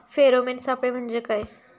Pheromone सापळे म्हंजे काय?